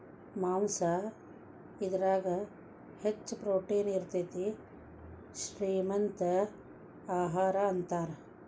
ಮಾಂಸಾ ಇದರಾಗ ಹೆಚ್ಚ ಪ್ರೋಟೇನ್ ಇರತತಿ, ಶ್ರೇ ಮಂತ ಆಹಾರಾ ಅಂತಾರ